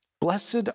Blessed